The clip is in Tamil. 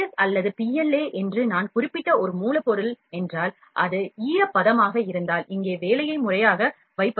ஏபிஎஸ் அல்லது பிஎல்ஏ என்று நான் குறிப்பிட்ட ஒரு மூலப்பொருள் என்றால் அது ஈரப்பதமாக இருந்தால் இங்கே வேலையை முறையாக வைப்பதை தடுக்கிறது